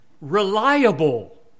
reliable